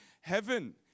heaven